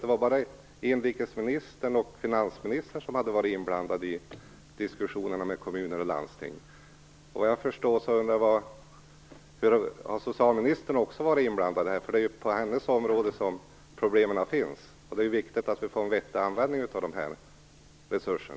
Det var bara inrikesministern och finansministern som hade varit inblandade i diskussionerna med kommuner och landsting. Såvitt jag förstår borde socialministern också ha varit inblandad, för det är ju på hennes område som problemen finns. Det är viktigt att vi får en vettig användning av dessa resurser.